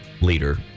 leader